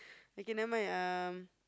okay never mind uh